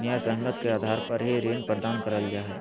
न्यायसंगत के आधार पर ही ऋण प्रदान करल जा हय